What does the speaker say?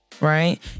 right